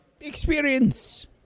experience